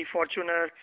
Fortuner